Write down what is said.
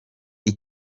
iyi